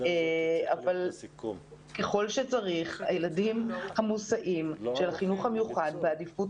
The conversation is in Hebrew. ככל שצריך הילדים המוסעים של החינוך המיוחד בעדיפות